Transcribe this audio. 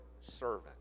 servant